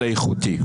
אלא איכותי,